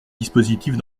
dispositifs